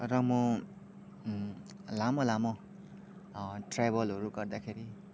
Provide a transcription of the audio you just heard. र म लामो लामो ट्राभलहरू गर्दाखेरि